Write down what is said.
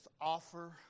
offer